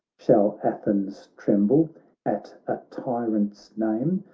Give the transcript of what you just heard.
shall athens tremble at a tyrant's name?